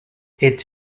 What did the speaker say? its